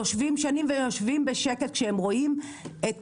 יושבים שנים ויושבים בשקט כשהם רואים את